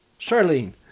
Charlene